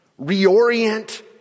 Reorient